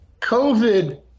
COVID